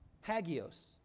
hagios